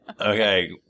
Okay